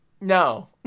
no